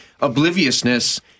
Obliviousness